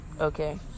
Okay